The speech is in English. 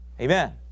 Amen